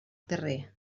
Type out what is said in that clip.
terrer